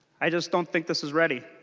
i just don't think this is ready.